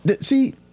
See